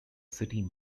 city